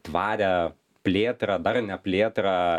tvarią plėtrą darnią plėtrą